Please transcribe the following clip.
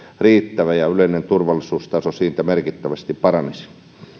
riittävä ja yleinen turvallisuustaso siitä merkittävästi paranisi